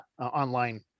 online